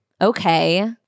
Okay